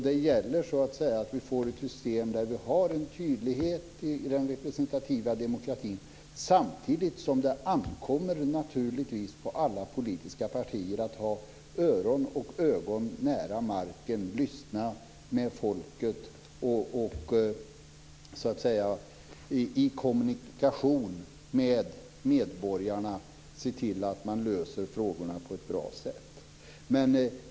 Det gäller att vi får ett system där vi har en tydlighet i den representativa demokratin samtidigt som det ankommer på alla politiska partier att ha öron och ögon nära marken, lyssna på folket, i kommunikation med medborgarna se till att lösa frågorna på ett bra sätt.